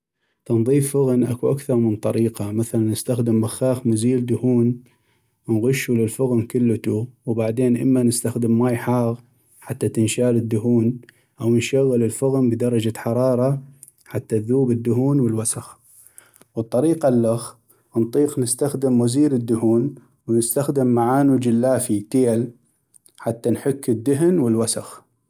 تنظيف فغن اكو اكثغ من طريقة ، مثلاً نسخدم بخاخ مزيل دهون ، انغشو للفغن كلتو ، وبعدين أما نستخدم ماي حاغ حتى تنشال الدهون أو نشغل الفغن بدرجة حرارة حتى اذوب الدهون والوسخ ، والطريقة اللخ انطيق نستخدم مزيل الدهون ونستخدم معانو جلافي تيل حتى نحك الدهن والوسخ.